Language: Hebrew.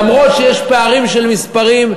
למרות שיש פערים של מספרים,